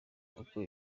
uko